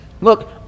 Look